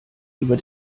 über